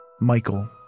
Michael